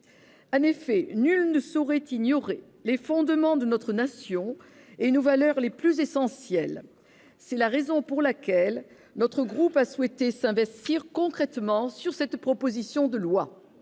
En effet, nul ne saurait ignorer les fondements de notre nation et nos valeurs les plus essentielles. C'est la raison pour laquelle notre groupe a souhaité s'investir concrètement dans l'examen de cette proposition de loi.